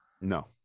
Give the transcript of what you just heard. No